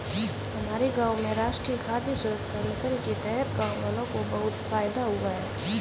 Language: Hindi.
हमारे गांव में राष्ट्रीय खाद्य सुरक्षा मिशन के तहत गांववालों को बहुत फायदा हुआ है